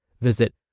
Visit